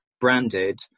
branded